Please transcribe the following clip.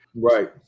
Right